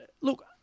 look